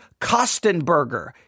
Kostenberger